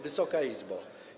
Wysoka Izbo!